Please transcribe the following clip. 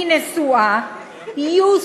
היא נשואה,